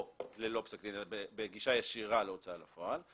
או ללא פסק דין אלא בגישה ישירה להוצאה לפועל,